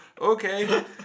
okay